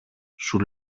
σου